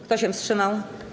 Kto się wstrzymał?